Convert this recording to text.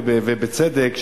ובצדק,